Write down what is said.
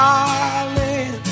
Darling